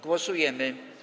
Głosujemy.